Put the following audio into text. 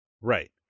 Right